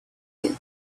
you